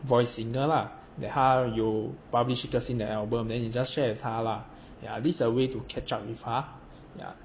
voice singer la that 他有 publish 一个新的 album then you just share with 她 la yeah this a way to catch up with 她 yeah